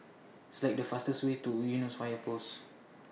Select The fastest Way to Eunos Fire Post